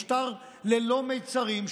משטר ללא מצרים,